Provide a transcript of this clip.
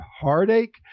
heartache